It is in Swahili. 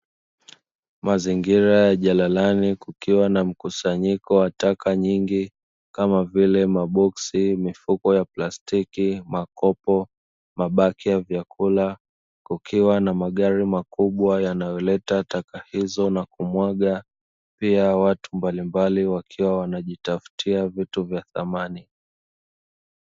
Mazingira ya jalalani kukiwa na mkusanyiko wa taka nyingi, kama vile: maboksi, mifuko ya plastiki, makopo, mabaki ya vyakula; kukiwa na magari makubwa yanayoleta taka hizo na kumwaga. Pia watu mbalimbali wakiwa wanajitafutia vitu vya thamani.